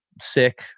sick